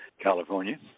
California